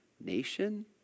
nation